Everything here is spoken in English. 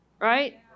Right